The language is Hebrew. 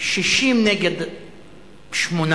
60 נגד שמונה,